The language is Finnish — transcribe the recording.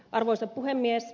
arvoisa puhemies